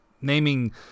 naming